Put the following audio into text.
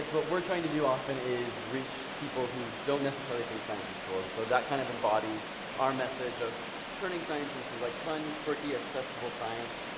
but we're trying to do often is reach people who don't necessarily think science is cool, and so that kind of embodies our message of turning science into like fun, quirky, accessible science.